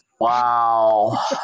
Wow